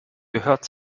gehört